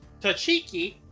Tachiki